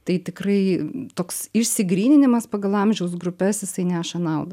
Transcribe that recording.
tai tikrai toks išsigryninimas pagal amžiaus grupes jisai neša naudą